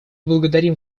благодарим